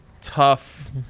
tough